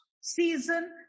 season